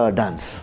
dance